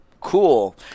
cool